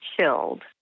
chilled